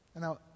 now